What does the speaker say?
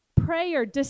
prayer